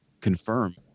confirm